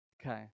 Okay